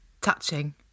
touching